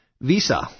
Visa